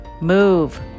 move